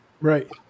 Right